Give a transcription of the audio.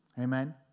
amen